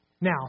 Now